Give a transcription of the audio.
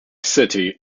city